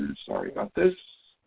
sorry about this